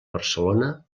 barcelona